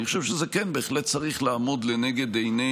אני חושב שזה בהחלט צריך לעמוד לנגד עיני